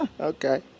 okay